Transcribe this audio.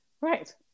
right